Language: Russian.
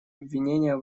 обвинения